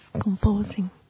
composing